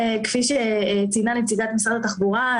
כפי שציינה נציגת משרד התחבורה,